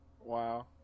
Wow